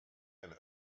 and